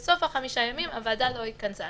בסופם הוועדה לא התכנסה.